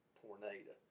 tornado